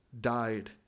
died